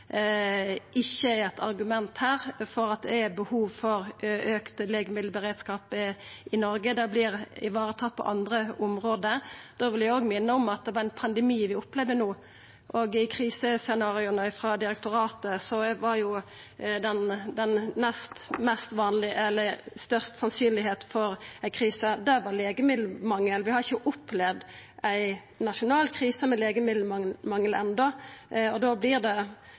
ikkje er eit argument for at det er behov for auka legemiddelberedskap i Noreg – det vert vareteke på andre område. Da vil eg minna om at det er ein pandemi vi opplever no, og i krisescenarioa frå direktoratet var legemiddelmangel det største sannsynet for krise. Vi har ikkje opplevd ei nasjonal krise med legemiddelmangel enno, og da vert det